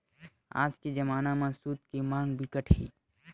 आज के जमाना म सूत के मांग बिकट हे